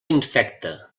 infecta